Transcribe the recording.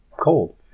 cold